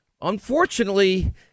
unfortunately